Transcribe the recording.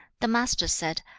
the master said,